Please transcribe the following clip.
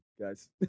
guys